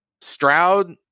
Stroud